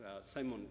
Simon